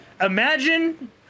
imagine